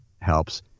helps